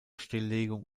stilllegung